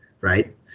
right